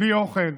בלי אוכל,